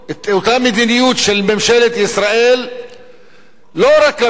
את אותה מדיניות של ממשלת ישראל לא רק כלפי